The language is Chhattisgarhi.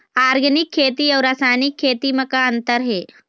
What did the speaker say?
ऑर्गेनिक खेती अउ रासायनिक खेती म का अंतर हे?